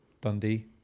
Dundee